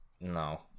No